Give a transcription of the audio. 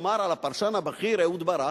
לומר על הפרשן הבכיר אהוד ברק?